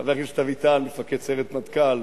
חבר הכנסת אביטל מפקד סיירת מטכ"ל,